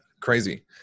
Crazy